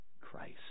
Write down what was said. Christ